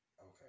Okay